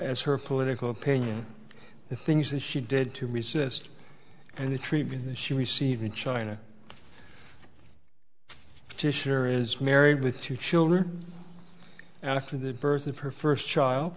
as her political opinion the things that she did to resist and the treatment that she received in china to share is married with two children and after the birth of her first child